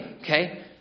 okay